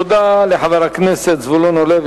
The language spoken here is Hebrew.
תודה לחבר הכנסת זבולון אורלב,